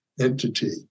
entity